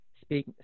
speak